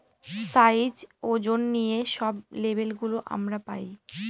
size, ওজন নিয়ে সব লেবেল গুলো আমরা পায়